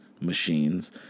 machines